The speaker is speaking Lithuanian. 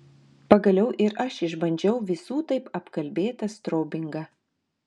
pagaliau ir aš išbandžiau visų taip apkalbėtą strobingą